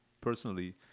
personally